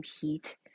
heat